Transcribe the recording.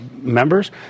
members